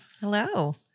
Hello